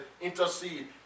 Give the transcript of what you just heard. intercede